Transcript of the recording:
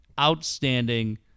outstanding